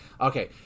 okay